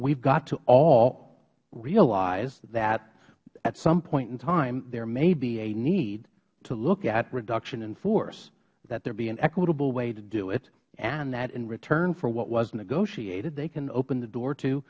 have to all realize that at some point in time there may be a need to look at reduction in force that there be an equitable way to do it and that in return for what was negotiated they can open the door to